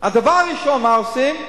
הדבר הראשון, מה עושים?